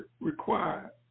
required